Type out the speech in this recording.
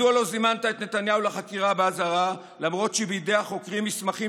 מדוע לא זימנת את נתניהו לחקירה באזהרה למרות שבידי החוקרים מסמכים